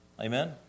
Amen